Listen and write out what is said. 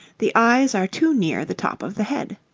the eyes are too near the top of the head.